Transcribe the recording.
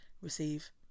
receive